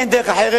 אין דרך אחרת,